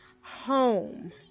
Home